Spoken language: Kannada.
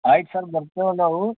ಆಯ್ತು ಸರ್ ಬರ್ತೇವೆ ನಾವೂ